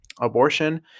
abortion